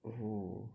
oh